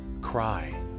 Cry